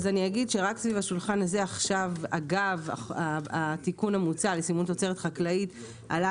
רק סביב השולחן הזה עכשיו אגב התיקון המוצע לסימון תוצרת חקלאית עלה